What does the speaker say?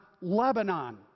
Lebanon